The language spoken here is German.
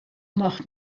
macht